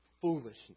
foolishness